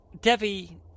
Devi